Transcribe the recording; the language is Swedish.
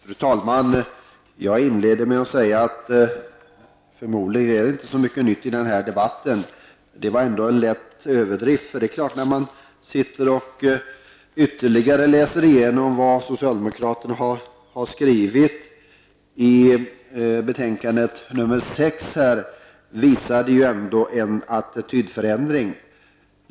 Fru talman! Jag inleder med att säga att det förmodligen inte framkommer inte så mycket nytt i debatten. Det är bara en lätt överdrift. När man ytterligare läser igenom vad socialdemokraterna har skrivit i betänkandet nr 6, finner man att de ändå visar en attitydförändring.